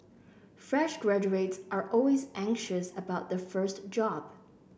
fresh graduates are always anxious about their first job